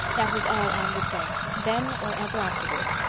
that was all anne would say, then or ever afterwards,